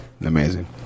Amazing